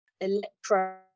electro